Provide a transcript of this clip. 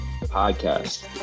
podcast